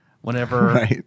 Whenever